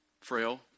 Frail